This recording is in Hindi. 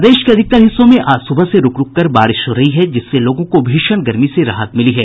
प्रदेश के अधिकत्तर हिस्सों आज सुबह से रूक रूक कर बारिश हो रही है जिससे लोगों को भीषण गर्मी से राहत मिली है